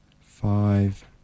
five